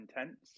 intense